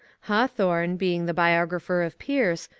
hawthorne, being the bio grapher of pierce,